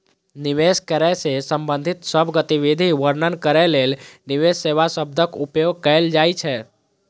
निवेश करै सं संबंधित सब गतिविधि वर्णन करै लेल निवेश सेवा शब्दक उपयोग कैल जाइ छै